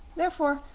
therefore,